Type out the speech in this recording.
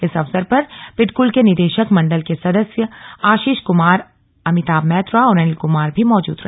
इस अवसर पर पिटकुल के निदेशक मण्डल के सदस्य आशीष कुमार अमिताभ मैत्रा और अनिल कुमार भी मौजूद रहे